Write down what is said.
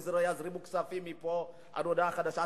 יזרימו כספים מפה עד הודעה חדשה,